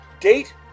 Date